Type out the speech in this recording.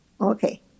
Okay